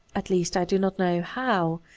at least i do not know how,